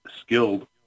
skilled